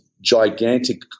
gigantic